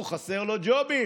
המקומיות.